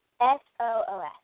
S-O-O-S